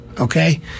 okay